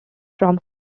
from